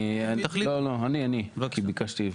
אני לא אומר שלא לבקר,